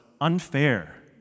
unfair